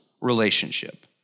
relationship